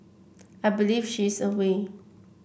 I believe she is away